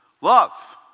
Love